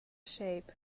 shape